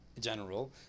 General